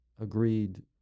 agreed